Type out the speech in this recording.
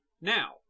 Now